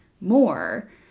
more